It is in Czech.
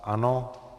Ano.